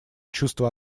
чувство